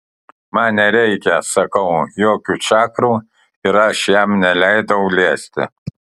man nereikia sakau jokių čakrų ir aš jam neleidau liesti